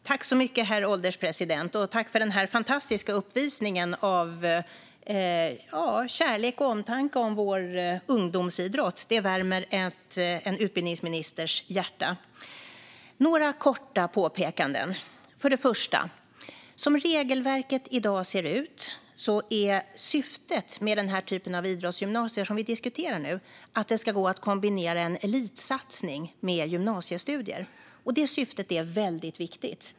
Herr ålderspresident! Jag vill tacka för den här fantastiska uppvisningen av kärlek och omtanke om vår ungdomsidrott. Det värmer en utbildningsministers hjärta! Jag har några korta påpekanden. Först och främst: Som regelverket i dag ser ut är syftet med den här typen av idrottsgymnasier som vi diskuterar nu att det ska gå att kombinera en elitsatsning med gymnasiestudier. Det syftet är väldigt viktigt.